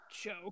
joke